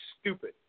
stupid